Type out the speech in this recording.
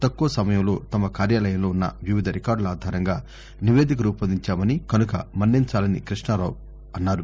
తక్కువ సమయంలో తమ కార్యాలయంలో ఉన్న వివిధ రికార్డుల అధారంగా నివేదిక రూపొందించామని కనుక మన్నించాలని రామకృష్ణారావు అన్నారు